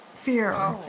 fear